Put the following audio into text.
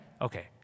Okay